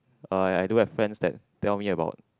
I I do have friends that tell me about